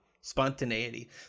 Spontaneity